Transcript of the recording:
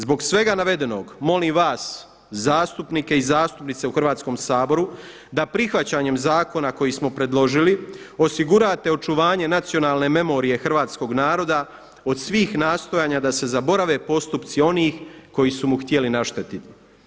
Zbog svega navedenog molim vas zastupnike i zastupnice u Hrvatskom saboru da prihvaćanjem zakona koji smo predložili osigurate očuvanje nacionalne memorije hrvatskog naroda od svih nastojanja da se zaborave postupci onih koji su mu htjeli naštetiti.